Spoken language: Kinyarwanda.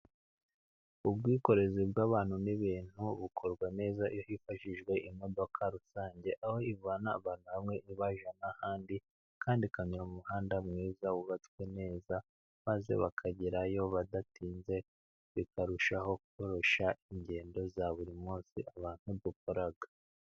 Ubwikorezi bw'abantu n'ibintu bukorwa neza， iyo hifashishijwe imodoka rusange， aho ivana abantu hamwe ibajyana ahandi，kandi ikanyura mu muhanda mwiza wubatswe neza， maze bakagerayo bidatinze，bikarushaho koroshya ingendo za buri munsi， abantu dukora.